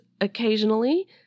occasionally